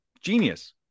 genius